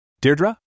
Deirdre